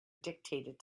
dictated